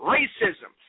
Racism